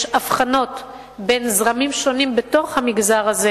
יש הבחנות בין זרמים שונים בתוך המגזר הזה.